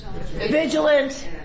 vigilant